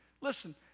Listen